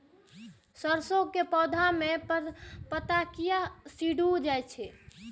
सरसों के पौधा के पत्ता किया सिकुड़ जाय छे?